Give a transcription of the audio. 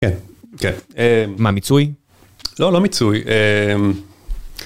כן כן מה מיצוי לא לא מיצוי.